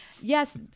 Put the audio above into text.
Yes